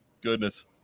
goodness